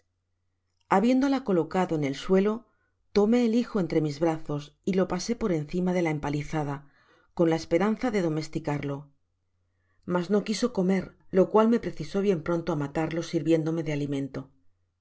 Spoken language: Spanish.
habiéndola colocado en el telo tomé el hijo entre mis brazos y lo pasé por encima de la empalizada con id esperanza de domesticarlo mas no quiso comer lo cual me precisó bien pronto á matarlo sirviéndome de alimento el